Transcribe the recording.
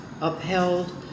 upheld